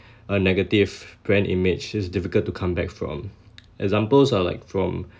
a negative brand image is difficult to come back from examples are like from